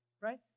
right